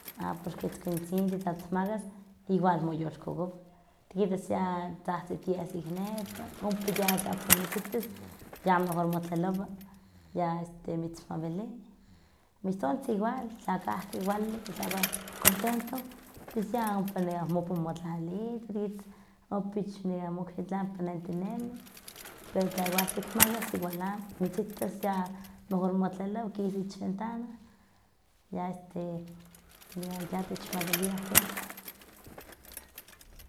A porque itzkuintzintli tla tikmakas igual moyolkokowa tikilis ya tzahtzitias ik nepa, ompa ya tla ksemi mitzitas ya mejor motlalowa, ya este mitzmawili, mistontzin igual tla kahki kuali titlakuah contento, pos ya ompa nekah mopan motlali tikitas ompa ich nekah mokxitlampa nentinemi, pero tla igual tikmakas tikualan, mitzitas ya mejor motlelowa kisa ich ventana, ya este ya ya techmawiliah ke.